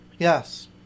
Yes